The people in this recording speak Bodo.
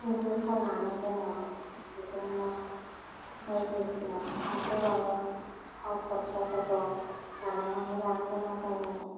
जि फान्नानै जोङो बेजोंनो बायदिसिना संख्रि बानलु थाव खरसाफोरखौ बानायनानै लानो गोनां जायो